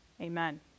Amen